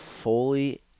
Fully